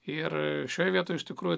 ir šioj vietoj iš tikrųjų